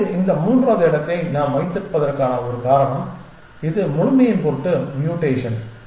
இப்போது இந்த மூன்றாவது இடத்தை நாம் வைத்திருப்பதற்கான ஒரு காரணம் இது முழுமையின் பொருட்டு ம்யூட்டேஷன்